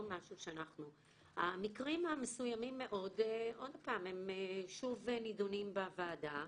המקרים המסוימים מאוד, הם שוב נדונים בוועדת